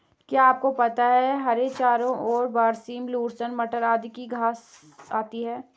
क्या आपको पता है हरे चारों में बरसीम, लूसर्न, मटर आदि की घांस आती है?